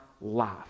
life